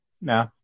no